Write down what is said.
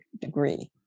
degree